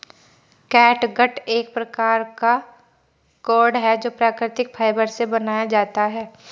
catgut एक प्रकार का कॉर्ड है जो प्राकृतिक फाइबर से बनाया जाता है